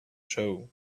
show